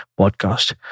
podcast